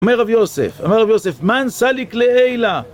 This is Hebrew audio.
אומר רבי יוסף, אומר רבי יוסף, מן סליק לעילה